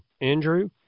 Andrew